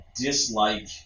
dislike